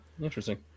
interesting